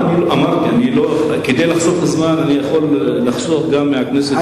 אמרתי שכדי לחסוך זמן אני יכול לחסוך גם מהכנסת,